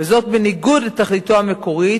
בניגוד לתכליתו המקורית,